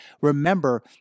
Remember